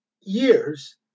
years